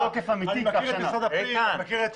--- איתן,